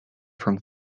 from